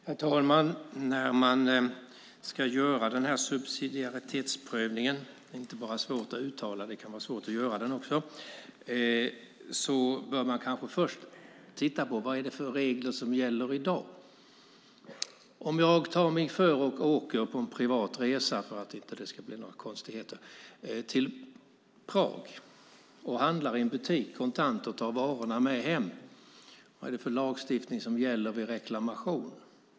Herr talman! När man ska göra subsidiaritetsprövningen - det är inte bara svårt att uttala den utan det kan också vara svårt att göra den - bör man kanske först titta på vad det är för regler som gäller i dag. Om jag tar mig före och åker på en privat resa till Prag och handlar kontant i en butik och tar med varorna hem, vad är det då för lagstiftning som gäller vid reklamation?